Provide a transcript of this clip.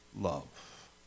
love